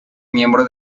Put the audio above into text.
miembro